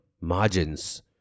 Margins